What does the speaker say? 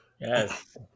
Yes